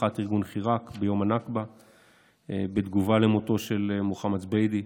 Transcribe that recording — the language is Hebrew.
מחאת ארגון חיראק ביום הנכבה בתגובה על מותו של מוחמד זביידי,